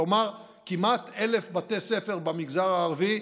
כלומר כמעט 1,000 בתי ספר במגזר הערבי: